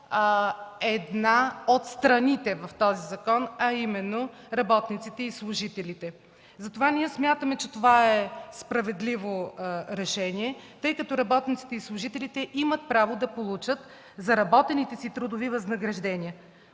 една от страните в него, а именно работниците и служителите. Затова смятаме, че това е справедливо решение, тъй като работниците и служителите имат право да получат заработените си трудови възнаграждения.